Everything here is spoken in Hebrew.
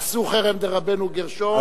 עשו חרם דרבנו גרשם,